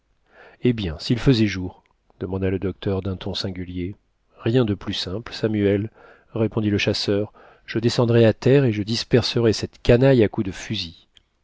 eh bien s'il faisait jour demanda le docteur d'un ton singulier rien de plus simple samuel répondit le chasseur je descendrais à terre et je disperserais cette canaille à coups de fusil